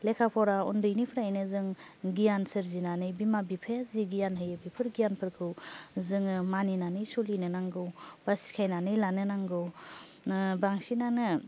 लेखा फरा उन्दैनिफ्रायनो जों गियान सोरजिनानै बिमा बिफाया जि गियान होयो बेफोर गियानफोरखौ जोङो मानिनानै सलिनो नांगौ बा सिखायनानै लानो नांगौ बांसिनानो